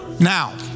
Now